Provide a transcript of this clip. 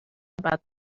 about